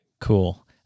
cool